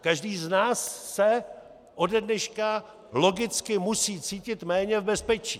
Každý z nás se ode dneška logicky musí cítit méně v bezpečí.